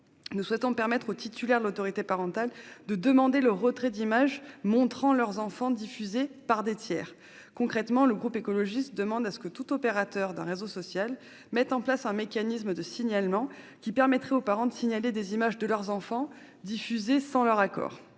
nous souhaitons permettre aux titulaires de l'autorité parentale de demander le retrait d'images montrant leurs enfants diffusées par des tiers. Concrètement, le groupe écologiste demande que tout opérateur d'un réseau social mette en place un mécanisme de signalement afin que les parents puissent signaler des images de leurs enfants ayant été diffusées sans ou contre